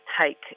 take